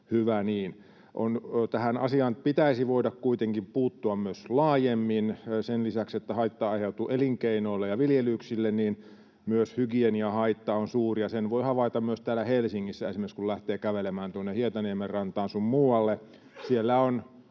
hyvä niin. Tähän asiaan pitäisi voida kuitenkin puuttua myös laajemmin. Sen lisäksi, että haittaa aiheutuu elinkeinoille ja viljelyksille, myös hygieniahaitta on suuri. Sen voi havaita myös täällä Helsingissä, kun esimerkiksi lähtee kävelemään tuonne Hietaniemen rantaan sun muualle. Siellä on